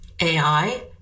AI